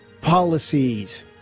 policies